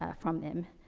ah from them, um,